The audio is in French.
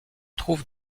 trouve